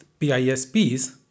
PISPs